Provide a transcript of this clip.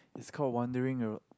it's called wandering Europe